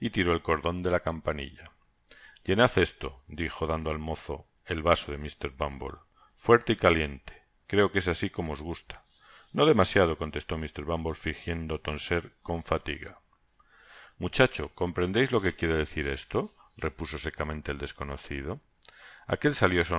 el cordon de la campanilla llenad esto dijo dando al mozo el voso de mr bumble fuerte y caliente creo que es asiomo os gusta no demasiado contestó mr bumble fingiendo toser con fatiga muchacho comprendeis lo que quiere decir esto repuso secamente el desconocido aquel salió